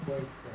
boyfriend